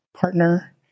partner